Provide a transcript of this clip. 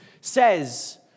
says